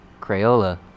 crayola